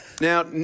Now